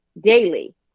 daily